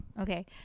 Okay